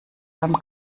beim